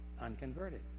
unconverted